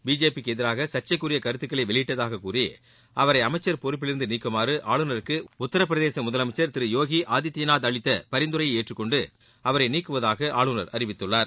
பிஜேபிக்கு எதிராக சர்ச்சைக்குரிய கருத்துக்களை வெளியிட்டதாக கூறி அவரை அமைச்சர் பொறுப்பிலிருந்து நீக்குமாறு ஆளுநருக்கு உத்திரபிரதேச முதலமைச்சர் யோகி ஆதித்ய நாத் அளித்த பரிந்துரையை ஏற்றுக்கொண்டு அவரை நீக்குவதாக ஆளுநர் அறிவித்துள்ளார்